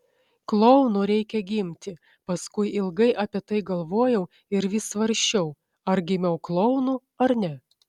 klounu reikia gimti paskui ilgai apie tai galvojau ir vis svarsčiau ar gimiau klounu ar ne